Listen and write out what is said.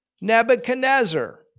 Nebuchadnezzar